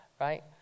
right